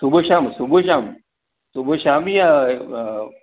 सुबुह शाम सुबुह शाम सुबुह शाम या अ